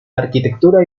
arquitectura